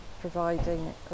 providing